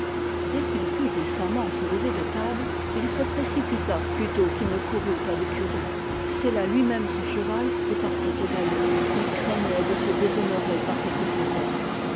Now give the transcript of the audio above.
dès qu'il put décemment se lever de table il se précipita plutôt qu'il ne courut à l'écurie sella lui-même son cheval et partit au galop il craignait de se déshonorer par quelque faiblesse